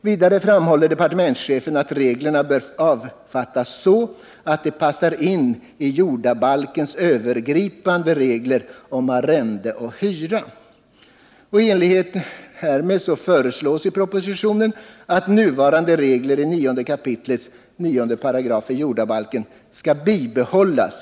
Vidare framhåller departementschefen att reglerna bör avfattas så, att de passar in i jordabalkens övergripande regler om arrende och hyra. I enlighet härmed föreslås i propositionen att nuvarande regler i 9 kap. 9 § jordabalken skall bibehållas.